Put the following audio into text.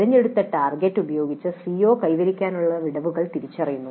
തിരഞ്ഞെടുത്ത ടാർഗെറ്റ് ഉപയോഗിച്ച് സിഒ കൈവരിക്കാനുള്ള വിടവുകൾ തിരിച്ചറിയുന്നു